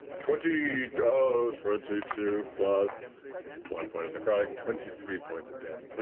twenty you know twenty two plus one point of necrotic. twenty three points of damage.